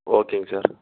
ஓகேங்க சார்